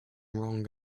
wrong